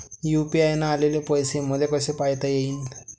UPI न आलेले पैसे मले कसे पायता येईन?